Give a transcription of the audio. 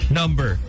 number